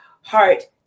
heart